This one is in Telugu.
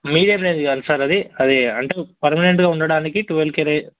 మీడియం రేంజ్ కాదు సార్ అది అది అంటే పర్మనెంట్గా ఉండడానికి టువల్ కే